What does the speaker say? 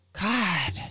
God